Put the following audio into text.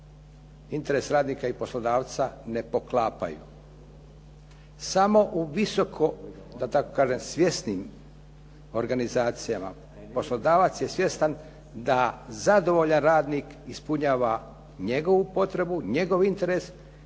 interes radnika i poslodavca ne poklapaju. Samo u visoko, da tako kažem, svjesnim organizacijama poslodavac je svjestan da zadovoljan radnik ispunjava njegovu potrebu, njegov interes,